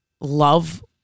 love